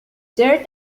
dirt